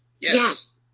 yes